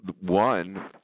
one